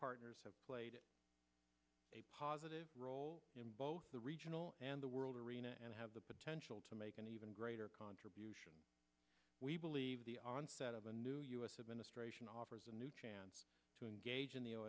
partners have played a positive role in both the regional and the world arena and have the potential to make an even greater contribution we believe the onset of a new u s administration offers a new chance to engage in the